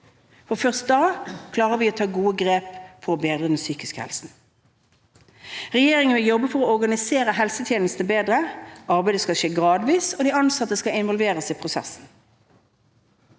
125 Først da klarer vi å ta gode grep for å bedre den psykiske helsen. Regjeringen vil jobbe for å organisere helsetjenester bedre. Arbeidet skal skje gradvis, og de ansatte skal involveres i prosessen.